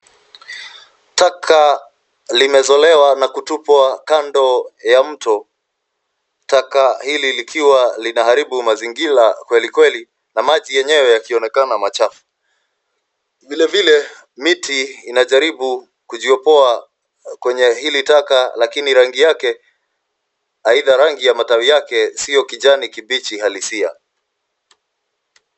Taka limezolewa na kutupwa kando ya mto. Taka hili likiwa linaharibu mazingira kwelikweli na maji yenyewe yakionekana machafu. Vilevile miti inajaribu kujiopoa kwenye hili taka, lakini rangi yake aidha rangi ya matawi yake sio kijani kibichi halisia.